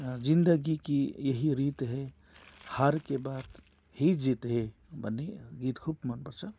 जिन्दगी कि यही रीत है हार के बाद ही जित है भन्ने गीत खुब मनपर्छ